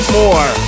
more